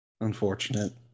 Unfortunate